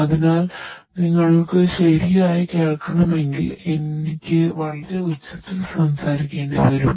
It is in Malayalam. അതിനാൽ നിങ്ങൾക്ക് ശരിയായി കേൾക്കണമെങ്കിൽ എനിക്ക് വളരെ ഉച്ചത്തിൽ സംസാരിക്കേണ്ടതായി വരും